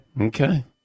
okay